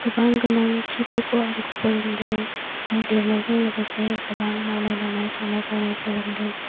गोबां गोनांथिफोरखौ आंखौ फोरोंदों आरो देरनायजों लोगोसे गोबां मावनाय दांनाय संनाय खावनाय फोरोंदों